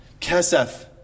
Kesef